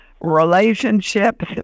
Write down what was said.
relationships